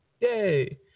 Yay